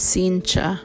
Sincha